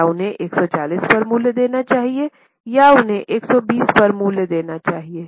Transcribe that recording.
क्या उन्हें 140 पर मूल्य देना चाहिए या उन्हें 120 पर मूल्य देना चाहिए